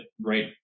right